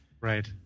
Right